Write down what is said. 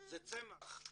זה צמח,